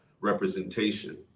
representation